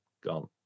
gone